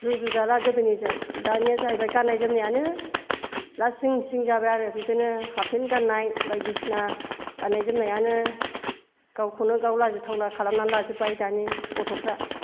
रुजु जाला गोदोनि जों दानिया जाहैबाय गाननाय जोमनाया नो लासिं सिं जाबाय आरो बिदिनो हाफ फेन्ट गाननाय बायदि सिना गाननाय जोमनायानो गावखौनो गाव लाजिथावना खालामना लाजोबबाय दानि गथ'फोरा